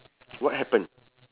what happen